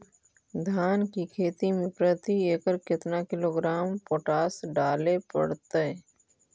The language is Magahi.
धान की खेती में प्रति एकड़ केतना किलोग्राम पोटास डाले पड़तई?